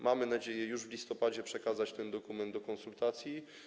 Mamy nadzieję już w listopadzie przekazać ten dokument do konsultacji.